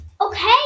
Okay